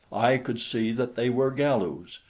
i could see that they were galus,